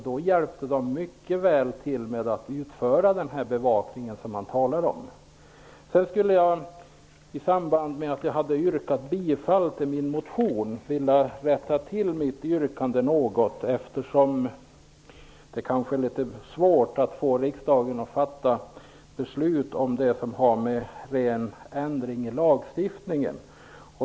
Då skulle de mycket väl hjälpa till med att utföra den bevakning man talar om. Jag skulle också vilja rätta till mitt yrkande något. Det kanske är svårt att få riksdagen att fatta beslut om en ren ändring i lagstiftningen.